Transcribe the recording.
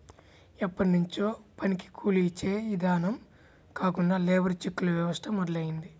ఎప్పట్నుంచో పనికి కూలీ యిచ్చే ఇదానం కాకుండా లేబర్ చెక్కుల వ్యవస్థ మొదలయ్యింది